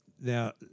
Now